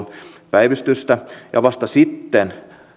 päivystystä ja vasta sitten